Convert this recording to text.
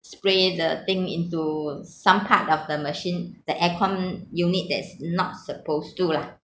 spray the thing into some part of the machine the aircon unit that's not supposed to lah